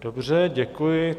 Dobře, děkuji.